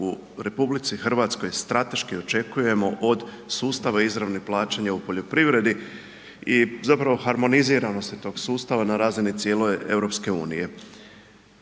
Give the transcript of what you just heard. u RH strateški očekujemo od sustava izravnog plaćanja u poljoprivredi i zapravo harmoniziranosti tog sustava na razini cijele EU? Prije